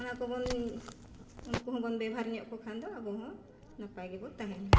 ᱚᱱᱟ ᱠᱚᱵᱚᱱ ᱩᱱᱠᱩ ᱦᱚᱸᱵᱚᱱ ᱵᱮᱵᱷᱟᱨ ᱧᱚᱜ ᱠᱚ ᱠᱷᱟᱱ ᱫᱚ ᱟᱵᱚ ᱦᱚᱸ ᱱᱟᱯᱟᱭ ᱜᱮᱵᱚ ᱛᱟᱦᱮᱱᱟ